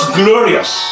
glorious